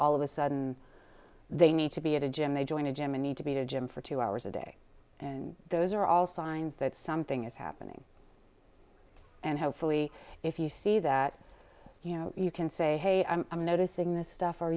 all of a sudden they need to be at a gym they join a gym and need to be to a gym for two hours a day and those are all signs that something is happening and hopefully if you see that you know you can say hey i'm noticing this stuff